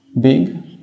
big